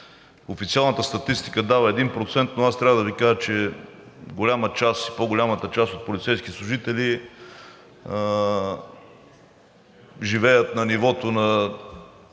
Официалната статистика дава 1%, но аз трябва да Ви кажа, че по-голямата част от полицейските служители живеят на под